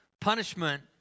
Punishment